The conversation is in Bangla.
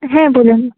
হ্যাঁ বলুন